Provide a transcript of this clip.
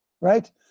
right